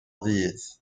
ddydd